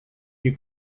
you